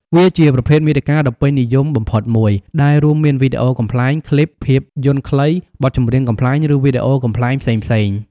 វាជាប្រភេទមាតិកាដ៏ពេញនិយមបំផុតមួយ ដែលរួមមានវីដេអូកំប្លែង ខ្លីប ភាពយន្តខ្លី បទចម្រៀងកំប្លែង ឬវីដេអូកម្សាន្តផ្សេងៗ។